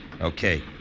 Okay